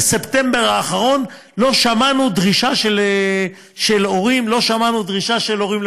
בספטמבר האחרון לא שמענו דרישה של הורים למקומות.